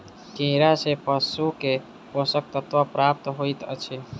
कीड़ा सँ पशु के पोषक तत्व प्राप्त होइत अछि